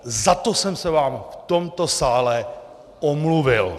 Za to jsem se vám v tomto sále omluvil.